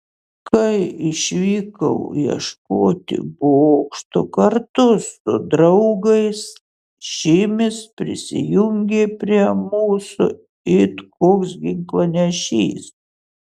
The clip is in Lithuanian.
kai išvykau ieškoti bokšto kartu su draugais šimis prisijungė prie mūsų it koks ginklanešys